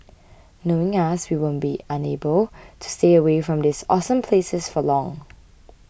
knowing us we won't be unable to stay away from these awesome places for long